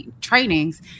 trainings